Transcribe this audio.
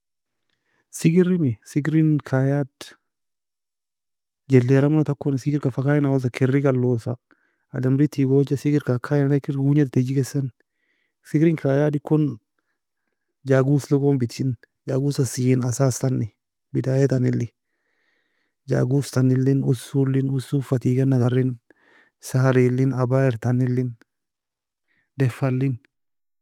Sigir emi Sigir en kayad, jellera meno takon, Sigirka fa kayena eagosa keryga alosa ademri teagoja, sigirka akayenanai, kir gognida teajekesan, Sigirn kayad ikon Jagoselo gon bityin, Jagose aslin asastani bedaya tanilli, Jagose tanieli, Ossolin osoen fa teagan agarin, Sarilin, abaiertanilin, defdahallin.